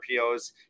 RPOs